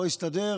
לא הסתדר,